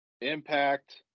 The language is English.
impact